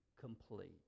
complete